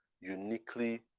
uniquely